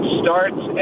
starts